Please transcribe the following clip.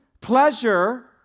Pleasure